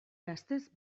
gaztez